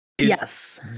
Yes